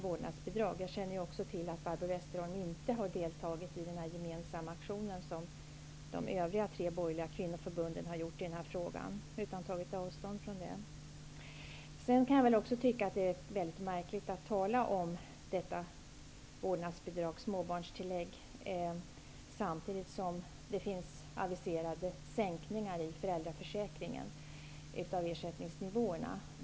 Jag känner också till att Barbro Westerholm inte har deltagit i den gemensamma aktion som de övriga tre borgerliga kvinnoförbunden har gjort i den här frågan, utan hon har tagit avstånd från den. Jag tycker också att det är märkligt att man talar om vårdnadsbidrag och småbarnstillägg samtidigt som det aviseras sänkta ersättningsnivåer i föräldraförsäkringen.